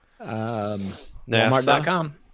Walmart.com